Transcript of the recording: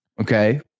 okay